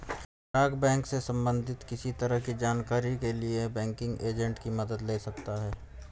ग्राहक बैंक से सबंधित किसी तरह की जानकारी के लिए बैंकिंग एजेंट की मदद ले सकता है